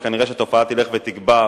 וכנראה התופעה תלך ותגבר,